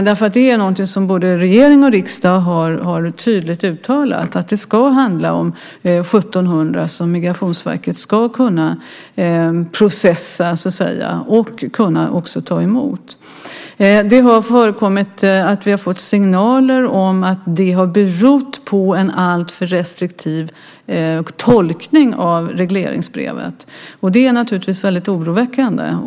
Det är något som både regering och riksdag tydligt har uttalat. Det ska handla om 1 700 som Migrationsverket ska kunna processa och också kunna ta emot. Det har förekommit att vi har fått signaler om att det har berott på en alltför restriktiv tolkning av regleringsbrevet. Det är naturligtvis väldigt oroväckande.